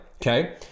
okay